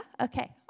Okay